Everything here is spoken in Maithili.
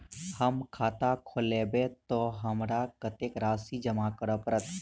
हम खाता खोलेबै तऽ हमरा कत्तेक राशि जमा करऽ पड़त?